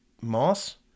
Moss